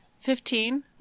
Fifteen